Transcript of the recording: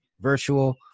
virtual